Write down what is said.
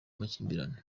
amakimbirane